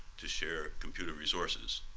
to share computer resources.